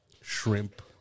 shrimp